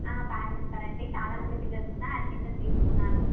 ఆ బాగా చెప్తారు అండి చాలా మంది పిల్లలు కూడా అడ్మిషన్ తీసుకున్నారు